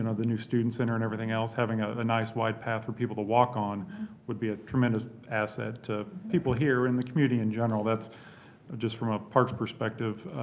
and the new student center and everything else, having ah the nice wide path for people to walk on would be a tremendous asset to people here and the community in general. that's just from a parks perspective.